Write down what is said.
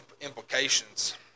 implications